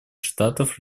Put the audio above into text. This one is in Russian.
штатов